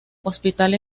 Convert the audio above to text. hospital